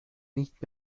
nicht